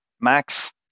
Max